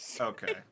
Okay